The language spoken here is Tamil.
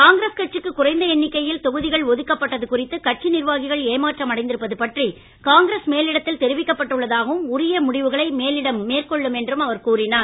காங்கிரஸ் கட்சிக்கு குறைந்த எண்ணிக்கையில் தொகுதிகள் ஒதுக்கப்பட்டது குறித்து கட்சி நிர்வாகிகள் ஏமாற்றம் அடைந்திருப்பது பற்றி காங்கிரஸ் மேலிடத்தில் தெரிவிக்கப் பட்டுள்ளதாகவும் உரிய முடிவுகளை மேலிடம் மேற்கொள்ளும் என்றும் அவர் கூறினார்